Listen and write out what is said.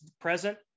present